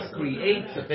creates